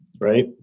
Right